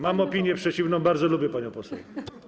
Mam opinię przeciwną, bardzo lubię panią poseł.